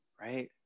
right